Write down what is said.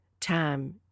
time